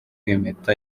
impeta